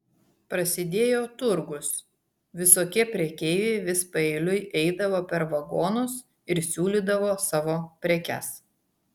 prasidėjo turgus visokie prekeiviai vis paeiliui eidavo per vagonus ir siūlydavo savo prekes